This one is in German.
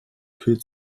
kühlt